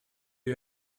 you